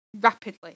Rapidly